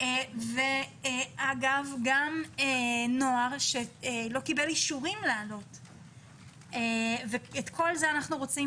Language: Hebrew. יש נוער שלא קיבל אישורים לעלות ואנחנו רוצים